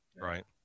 Right